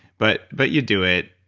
but but you do it,